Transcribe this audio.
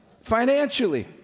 financially